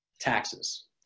taxes